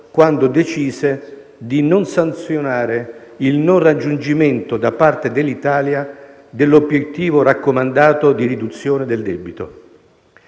quando decise di non sanzionare il non raggiungimento da parte dell'Italia dell'obiettivo raccomandato di riduzione del debito.